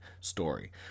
story